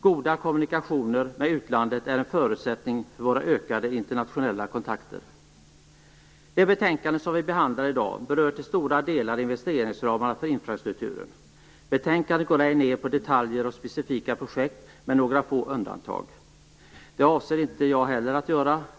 Goda kommunikationer med utlandet är en förutsättning för ökade internationella kontakter. Det betänkande som vi behandlar i dag berör till stora delar investeringsramarna för infrastrukturen. Betänkandet går, med några få undantag, ej ned på detaljer och specifika projekt. Det avser inte jag heller att göra.